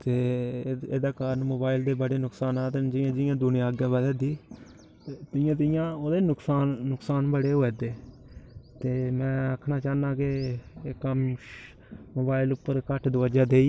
ते एह्दे कारण मोबाइल दे बड़े नुकसानत जियां जियां दुनिया अग्गें बधै करदी तियां तियां ओह्दे नुकसान नुकसान बड़े होवे दे ते मैं आक्खना चाह्न्नां कि एह् कम्म मोबाइल उप्पर घट्ट द्वाजा देइयै